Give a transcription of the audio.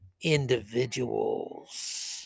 individuals